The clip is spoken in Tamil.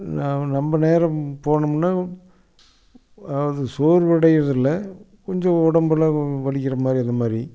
நொம்ப நேரம் போனோம்னா அதாவது சோர்வடையிறதில்லை கொஞ்சம் உடம்புலாம் வலிக்கிற மாதிரி இந்தமாதிரி